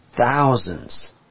thousands